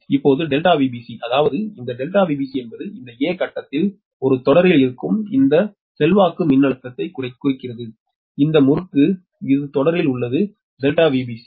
இப்போது ΔVbc அதாவது இந்த ΔVbc என்பது இந்த 'a' கட்டத்தில் ஒரு தொடரில் இருக்கும் இந்த செல்வாக்கு மின்னழுத்தத்தை குறிக்கிறது இந்த முறுக்கு இது தொடரில் உள்ளது ΔVbc